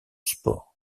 sport